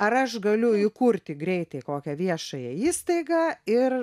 ar aš galiu įkurti greitai kokią viešąją įstaigą ir